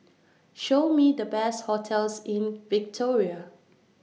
Show Me The Best hotels in Victoria